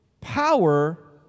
power